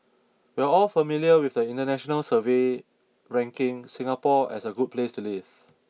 we're all familiar with the international survey ranking Singapore as a good place to live